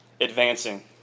advancing